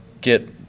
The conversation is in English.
get